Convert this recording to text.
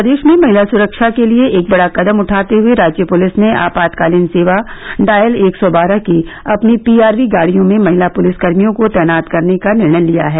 प्रदेश में महिला सुरक्षा के लिए एक बड़ा कदम उठाते हुए राज्य पुलिस ने आपातकालीन सेवा डायल एक सौ बारह की अपनी पीआरवी गाड़ियों में महिला पुलिसकर्मियों को तैनात करने का निर्णय लिया है